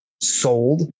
sold